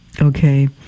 Okay